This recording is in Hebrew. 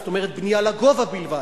זאת אומרת בנייה לגובה בלבד,